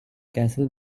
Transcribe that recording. castle